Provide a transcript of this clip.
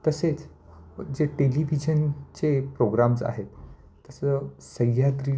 तसेच जे टेलीव्हिजनचे प्रोग्राम्स आहेत तसं सह्याद्री